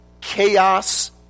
chaos